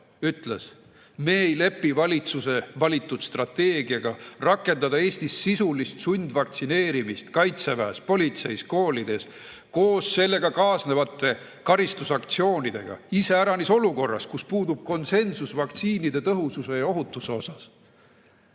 ütles, et me ei lepi valitsuse valitud strateegiaga rakendada Eestis sisulist sundvaktsineerimist Kaitseväes, politseis, koolides, koos sellega kaasnevate karistusaktsioonidega, iseäranis olukorras, kus puudub konsensus vaktsiinide tõhususe ja ohutuse suhtes.